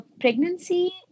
pregnancy